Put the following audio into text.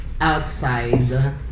outside